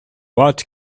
what